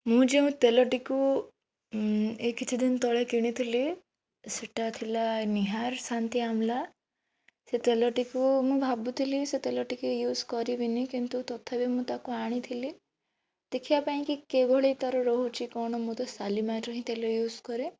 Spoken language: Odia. ମୁଁ ଯେଉଁ ତେଲଟିକୁ ଏଇ କିଛିଦିନ ତଳେ କିଣିଥିଲି ସେଇଟା ଥିଲା ନିହାର ଶାନ୍ତି ଆମଲା ସେ ତେଲଟିକୁ ମୁଁ ଭାବୁଥିଲି ସେ ତେଲ ଟିକିଏ ୟୁଜ୍ କରିବିନି କିନ୍ତୁ ତଥାପି ମୁଁ ତାକୁ ଆଣିଥିଲି ଦେଖିବା ପାଇଁକି କିଭଳି ତାର ରହୁଛି କ'ଣ ମୁଁ ତ ଶାଲିମାରର ହିଁ ତେଲ ୟୁଜ୍ କରେ